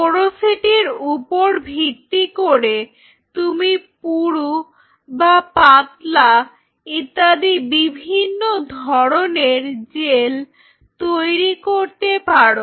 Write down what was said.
পোরোসিটির উপর ভিত্তি করে তুমি পুরু বা পাতলা ইত্যাদি বিভিন্ন ধরনের জেল তৈরি করতে পারো